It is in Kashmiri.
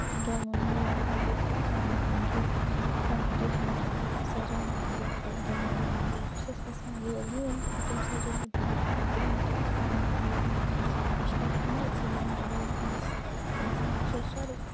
گٮ۪وَن وولا ییٚتہِ بہٕ پنٕنہِ گٮ۪ون کانٛہہ تِٮُ۪تھ محفِل نہٕ سَجھاوان یہِ بیٚیہِ گٮ۪وُن وٮ۪وَن وول بہٕ چھَس یَژھان یوٗر یِیِن تہٕ تِم سَجھٲیِن ییٚتہِ محفِل تہٕ بہٕ یِمہٕ تور گٮ۪وَن وول بٔنِتھ مےٚ چھُ لَگان مَزٕ یہِ گٮ۪وُن بوزنَس اِنسانَس چھُ سورُے کیٚنٛہہ